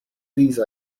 these